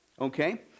okay